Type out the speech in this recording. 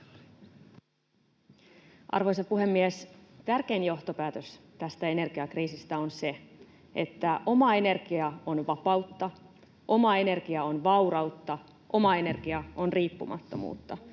Arvoisa puhemies! Tärkein johtopäätös tästä energiakriisistä on se, että oma energia on vapautta, oma energia on vaurautta, oma energia on riippumattomuutta.